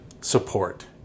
support